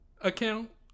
account